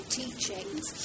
teachings